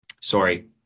Sorry